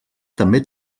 també